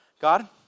God